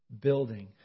building